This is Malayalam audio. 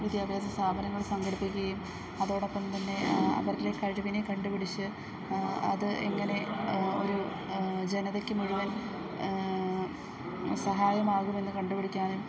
വിദ്യാഭ്യാസ സ്ഥാപനങ്ങൾ സംഘടിപ്പിക്കുകയും അതോടൊപ്പം തന്നെ അവരിലെ കഴിവിനെ കണ്ടു പിടിച്ച് അത് എങ്ങനെ ഒരു ജനതയ്ക്ക് മുഴുവൻ സഹായമാകുമെന്ന് കണ്ടുപിടിക്കാനും